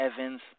Evans